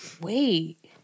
Wait